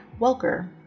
Welker